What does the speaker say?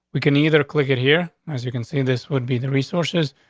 we can either click it here. as you can see, this would be the resources.